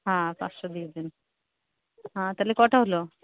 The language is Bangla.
হ্যাঁ পাঁচশো দিয়ে দিন হ্যাঁ তাহলে কটা হল